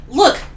look